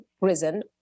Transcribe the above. risen